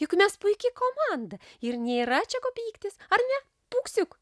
juk mes puiki komanda ir nėra čia ko pyktis ar ne tūksiuk